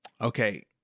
Okay